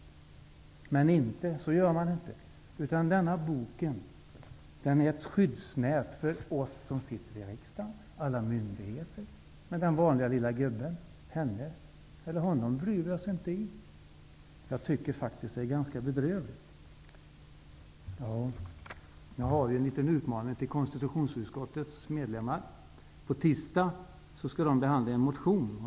Men det gör man inte, utan denna bok är ett skyddsnät för oss i riksdagen och för alla myndigheter. Men den vanliga lilla människan, henne eller honom, bryr vi oss inte om. Jag tycker faktiskt att det är ganska bedrövligt. Jag har en liten utmaning till konstitutionsutskottets medlemmar. På tisdag skall de behandla en motion.